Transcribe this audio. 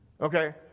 Okay